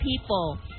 people